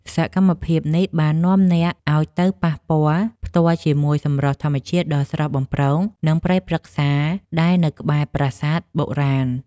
សកម្មភាពនេះបាននាំអ្នកឱ្យទៅប៉ះពាល់ផ្ទាល់ជាមួយសម្រស់ធម្មជាតិដ៏ស្រស់បំព្រង និងព្រៃព្រឹក្សាដែលនៅក្បែរប្រាសាទបុរាណ។